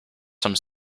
some